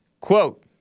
Quote